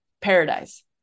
paradise